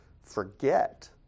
forget